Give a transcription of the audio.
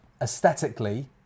aesthetically